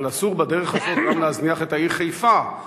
אבל אסור בדרך הזאת גם להזניח את העיר חיפה,